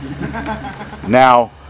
Now